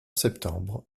septembre